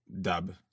dub